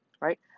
right